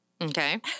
Okay